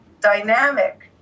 dynamic